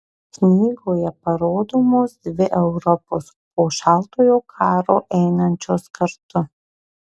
knygoje parodomos dvi europos po šaltojo karo einančios kartu